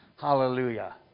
Hallelujah